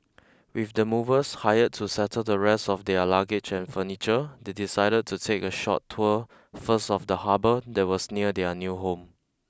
with the movers hired to settle the rest of their luggage and furniture they decided to take a short tour first of the harbour that was near their new home